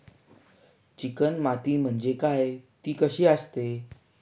Chicken माती म्हणजे काय? ति कशी असते?